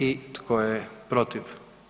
I tko je protiv?